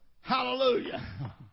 Hallelujah